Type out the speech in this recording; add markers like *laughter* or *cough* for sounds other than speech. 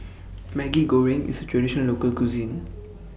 *noise* Maggi Goreng IS A Traditional Local Cuisine *noise*